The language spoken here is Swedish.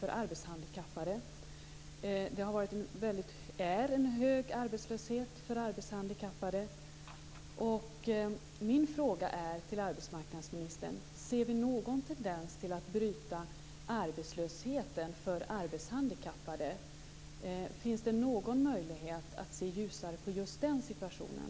Det råder en hög arbetslöshet för arbetshandikappade. Min fråga till arbetsmarknadsministern är: Ser vi någon tendens till att bryta arbetslösheten för arbetshandikappade? Finns det någon möjlighet att se ljusare på just den situationen?